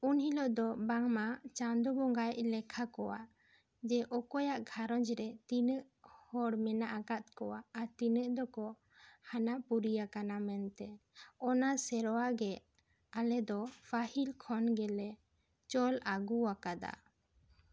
ᱩᱱ ᱦᱤᱞᱳᱜ ᱫᱚ ᱵᱟᱝᱢᱟ ᱪᱟᱸᱫᱳ ᱵᱚᱸᱜᱟᱭ ᱞᱮᱠᱷᱟ ᱠᱚᱣᱟ ᱡᱮ ᱚᱠᱚᱭᱟᱜ ᱜᱷᱟᱨᱚᱸᱡᱽ ᱨᱮ ᱛᱤᱱᱟᱜ ᱦᱚᱲ ᱢᱮᱱᱟᱜ ᱟᱠᱟᱫ ᱠᱚᱣᱟ ᱟᱨ ᱛᱤᱱᱟᱜ ᱫᱚᱠᱚ ᱦᱟᱱᱟ ᱯᱩᱨᱤ ᱟᱠᱟᱱᱟ ᱢᱮᱱᱛᱮ ᱚᱱᱟ ᱥᱮᱨᱣᱟ ᱜᱮ ᱟᱞᱮ ᱫᱚ ᱯᱟᱹᱦᱤᱞ ᱠᱷᱚᱱ ᱜᱮᱞᱮ ᱪᱚᱞ ᱟᱹᱜᱩ ᱟᱠᱟᱫᱟ